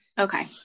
okay